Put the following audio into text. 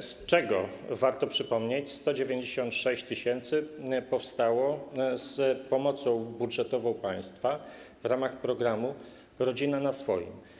z czego, co warto przypomnieć, 196 tys. powstało z pomocą budżetową państwa w ramach programu ˝Rodzina na swoim˝